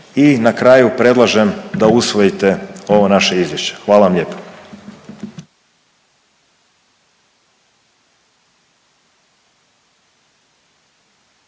i na kraju predlažem da usvojite ovo naše izvješće. Hvala vam lijepo.